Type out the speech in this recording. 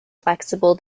flexible